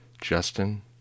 Justin